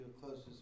closest